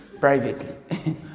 privately